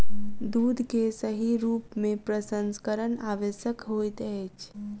दूध के सही रूप में प्रसंस्करण आवश्यक होइत अछि